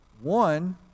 One